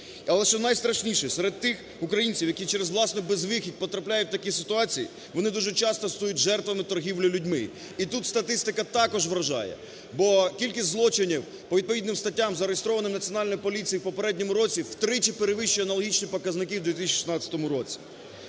Найстрашніше серед тих українців, які через власну безвихідь потрапляють в такі ситуації, вони дуже часто стають жертвами торгівлі людьми. І тут статистика також вражає. Бо кількість злочинів по відповідним статтям, зареєстровані в Національній поліції в попередньому році, втричі перевищує аналогічні показники в 2016 році!